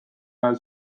ajal